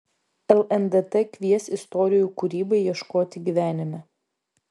lndt kvies istorijų kūrybai ieškoti gyvenime